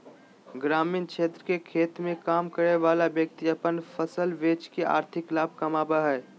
ग्रामीण क्षेत्र के खेत मे काम करय वला व्यक्ति अपन फसल बेच के आर्थिक लाभ कमाबय हय